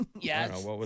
Yes